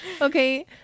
okay